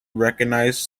recognised